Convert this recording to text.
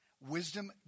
wisdom